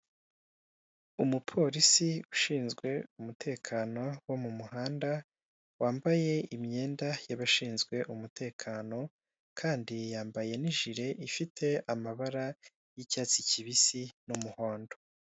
Umupolisi ushinzwe umutekano wo mu muhanda, wambaye imyenda y'abashinzwe umutekano kandi yambaye n'ijire ifite amabara y'icyatsi kibisi n'umuhondo.